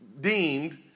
deemed